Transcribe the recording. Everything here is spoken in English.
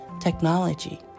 technology